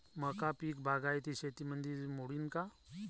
मका पीक बागायती शेतीमंदी मोडीन का?